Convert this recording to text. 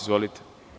Izvolite.